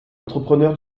entrepreneur